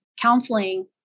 counseling